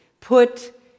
Put